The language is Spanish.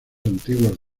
antiguas